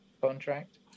contract